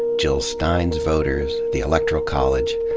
jill ste ah in's voters, the electoral college.